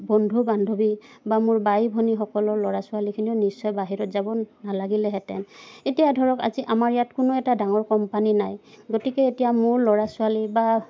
বন্ধু বান্ধৱী বা মোৰ বাই ভনীসকলৰ ল'ৰা ছোৱালীখিনিও নিশ্চয় বাহিৰত যাব নালাগিলেহেঁতেন এতিয়া ধৰক আজি আমাৰ ইয়াত কোনো এটা ডাঙৰ কোম্পানী নাই গতিকে এতিয়া মোৰ ল'ৰা ছোৱালী বা